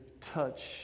touch